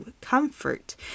comfort